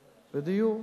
לדיור.